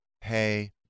Hey